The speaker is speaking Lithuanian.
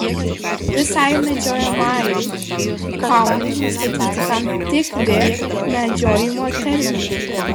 visai medžiojamajai faunai nustatyti tam tikri medžiojimo terminai